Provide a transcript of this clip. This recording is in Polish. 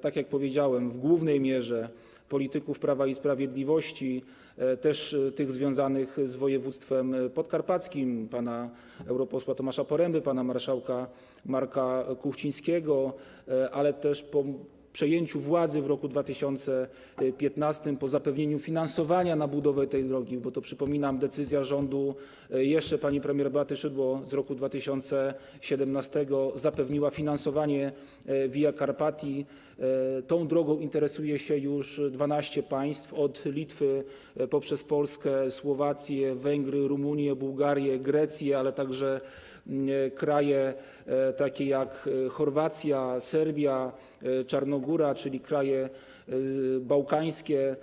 tak jak powiedziałem, w głównej mierze polityków Prawa i Sprawiedliwości, także tych związanych z województwem podkarpackim, pana europosła Tomasza Poręby, pana marszałka Marka Kuchcińskiego, ale też po przejęciu władzy w roku 2015, po zapewnieniu finansowania budowy tej drogi, bo to, przypominam, decyzja rządu jeszcze pani premier Beaty Szydło z roku 2017 zapewniła finansowanie Via Carpatii - tą drogą interesuje się już 12 państw, od Litwy poprzez Polskę, Słowację, Węgry, Rumunię, Bułgarię, Grecję, ale także kraje takie jak Chorwacja, Serbia, Czarnogóra, czyli kraje bałkańskie.